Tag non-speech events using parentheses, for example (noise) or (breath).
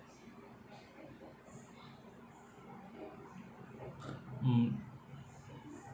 (breath) mm